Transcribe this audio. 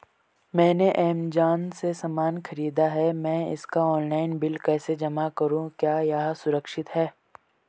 मैंने ऐमज़ान से सामान खरीदा है मैं इसका ऑनलाइन बिल कैसे जमा करूँ क्या यह सुरक्षित है?